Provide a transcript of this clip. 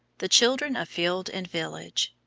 the children of field and village.